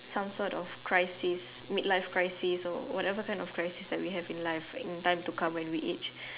some sort of crisis mid life crisis or whatever kind of crisis that we have in life in time to cover when in each